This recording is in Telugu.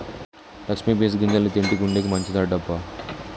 లక్ష్మి బీన్స్ గింజల్ని తింటే గుండెకి మంచిదంటబ్బ